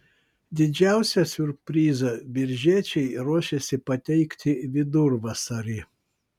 didžiausią siurprizą biržiečiai ruošiasi pateikti vidurvasarį